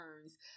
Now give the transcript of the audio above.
turns